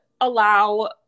allow